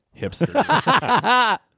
hipster